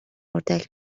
اردک